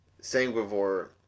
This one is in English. sanguivore